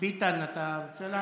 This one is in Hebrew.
ביטן, אתה רוצה לעלות?